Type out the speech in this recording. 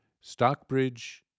Stockbridge